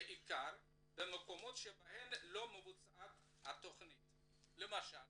בעיקר במקומות שבהם לא מבוצעת התכנית, למשל